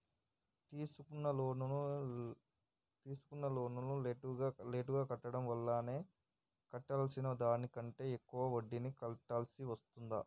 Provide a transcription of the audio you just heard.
తీసుకున్న లోనును లేటుగా కట్టడం వల్ల కట్టాల్సిన దానికంటే ఎక్కువ వడ్డీని కట్టాల్సి వస్తదా?